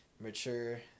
mature